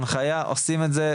הנחייה עושים את זה,